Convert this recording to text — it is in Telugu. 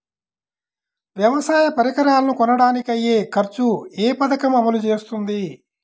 వ్యవసాయ పరికరాలను కొనడానికి అయ్యే ఖర్చు ఏ పదకము అమలు చేస్తుంది?